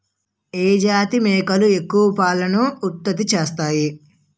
ఏ జాతి మేకలు ఎక్కువ పాలను ఉత్పత్తి చేస్తాయి?